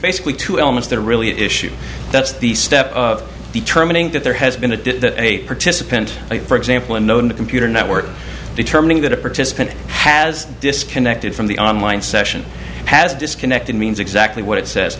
basically two elements that are really at issue that's the step of determining that there has been to a participant for example a known computer network determining that a participant has disconnected from the online session has disconnected means exactly what it says